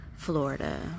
Florida